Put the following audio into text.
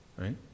right